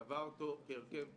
והוא קבע אותו כהרכב אובייקטיבי.